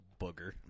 booger